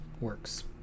Works